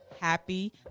happy